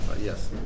Yes